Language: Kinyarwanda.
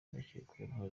bakekwaho